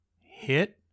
hit